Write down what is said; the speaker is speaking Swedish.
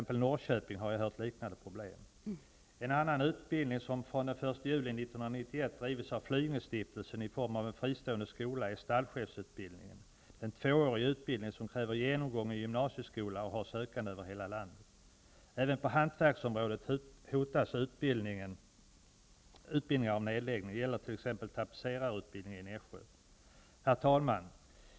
Norrköping har jag hört liknande problem. En annan utbildning som från den 1 juli 1991 drivits av Flyingestiftelsen i form av en fristående skola är stallchefsutbildningen. Det är en tvåårig utbildning som kräver genomgången gymnasieskola och har sökande från hela landet. Även på hantverksområdet hotas utbildningar av nedläggning. Det gäller t.ex. Herr talman!